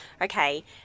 okay